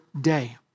day